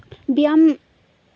ᱵᱮᱭᱟᱢ